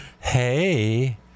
Hey